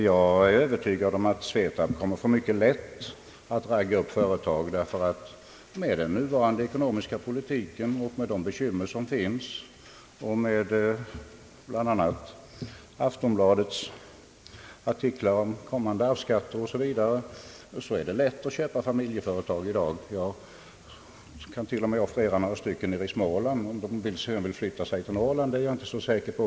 Jag är övertygad om att SVETAB kommer att få mycket lätt att ragga upp företag. Den nuvarande ekonomiska politiken och de bekymmer den för med sig samt Aftonbladets artiklar om kommande arvsskatter osv. gör att det är lätt att köpa familjeföretag i dag. Jag kan t.o.m. offerera några stycken i Småland — om de sedan vill flytta till Norrland är jag inte säker på.